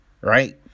right